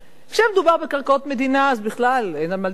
כשמדובר בקרקעות מדינה, אז בכלל אין מה לדבר.